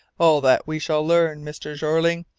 all that we shall learn, mr. jeorling.